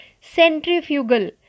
Centrifugal